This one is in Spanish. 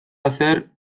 hacer